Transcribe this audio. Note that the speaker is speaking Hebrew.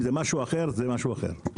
אם זה משהו אחר, זה משהו אחר.